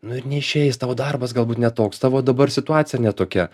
nu ir neišeis tavo darbas galbūt ne toks tavo dabar situacija ne tokia